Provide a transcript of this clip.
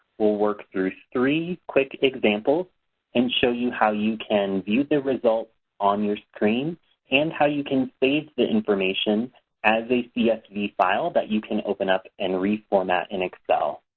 we'll work through three quick examples and show you how you can view the results on your screen and how you can save the information as a csv file that you can open up and reformat in excel.